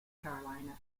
carolina